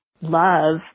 love